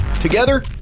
Together